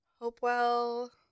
Hopewell